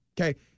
okay